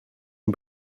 een